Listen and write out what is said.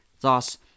thus